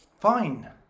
Fine